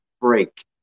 break